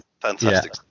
fantastic